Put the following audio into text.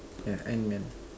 ya Antman